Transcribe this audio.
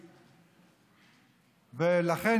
לכן,